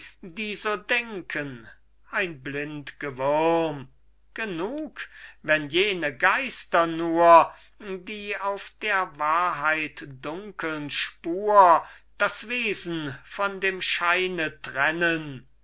die so denken ein blind gewürm genug wenn jene geister nur die auf der wahrheit dunkeln spur das wesen von dem scheine trennen